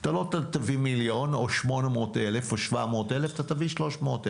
אתה לא תביא 1,000,000 או 800,000 או 700,000 אתה תביא 300,000,